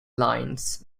lines